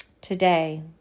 today